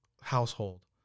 household